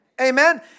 Amen